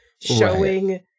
showing